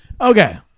okay